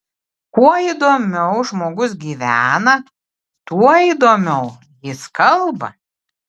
kuo įdomiau žmogus gyvena tuo įdomiau jis kalba